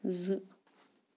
زٕ